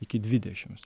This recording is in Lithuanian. iki dvidešims